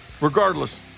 Regardless